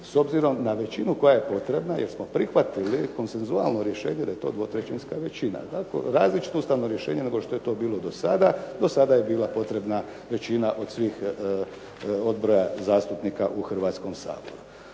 s obzirom na većinu koja je potreba jer smo prihvatili konsensualno rješenje da je to dvotrećinska većina. Različito ustavno rješenje nego što je to bilo do sada. Do sada je bila potreba većina od svih od broja zastupnika u Hrvatskom saboru.